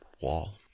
wall